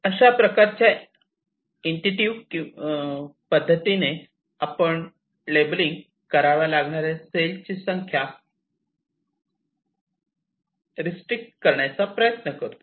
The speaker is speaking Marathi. अशा प्रकारच्या इंट्यूटीव्ह किंवा पद्धतींनी आपण लेबलिंग कराव्या लागणाऱ्या सेलची संख्या रीस्ट्रिक्ट करण्याचा प्रयत्न करतो